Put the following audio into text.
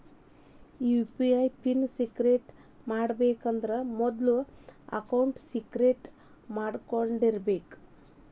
UPI pin create ಮಾಡಬೇಕಂದ್ರ ಮೊದ್ಲ account create ಮಾಡ್ಕೊಂಡಿರಬೆಕ್